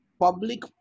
public